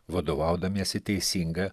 vadovaudamiesi teisinga